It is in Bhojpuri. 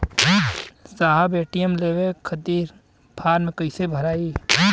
साहब ए.टी.एम लेवे खतीं फॉर्म कइसे भराई?